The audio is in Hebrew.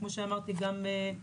כמו שאמרתי קודם,